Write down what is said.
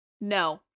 no